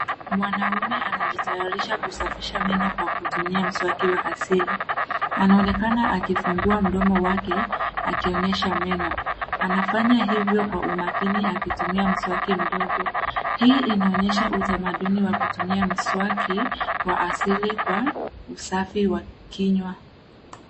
Mwanaume anajitayarisha kusafisha meno kwa kutumia mswaki wa asili. Anaonekana akifungua mdomo wake akionyesha meno. Anafanya hivyo kwa umakini akitumia mwaski mdodgo. Hii inaonyesha utamaduni wa kutumia mswaki wa asili kwa usafi wa kinywa.